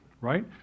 Right